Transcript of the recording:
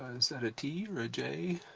is that a t? or a j?